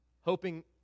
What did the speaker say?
hoping